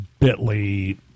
Bitly